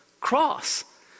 cross